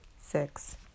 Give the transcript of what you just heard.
six